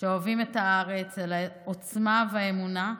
שאוהבים את הארץ, על העוצמה והאמונה,